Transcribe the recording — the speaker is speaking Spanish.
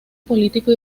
político